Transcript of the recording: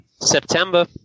September